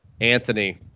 Anthony